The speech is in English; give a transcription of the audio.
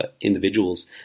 individuals